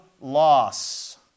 loss